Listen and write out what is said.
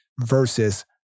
versus